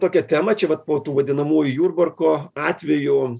tokią temą čia vat po tų vadinamųjų jurbarko atvejų